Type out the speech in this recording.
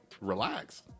relax